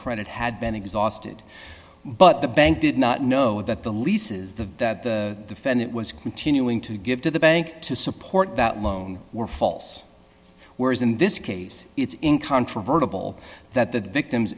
credit had been exhausted but the bank did not know that the leases the that the fed it was continuing to give to the bank to support that loan were false whereas in this case it's incontrovertible that the victims